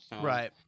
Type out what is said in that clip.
right